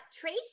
Trace